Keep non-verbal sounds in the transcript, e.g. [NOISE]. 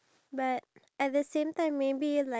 no that's you [LAUGHS]